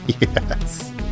yes